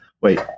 Wait